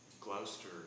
Gloucester